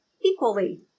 equally